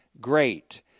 great